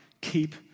keep